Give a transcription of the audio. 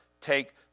take